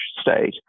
state